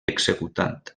executant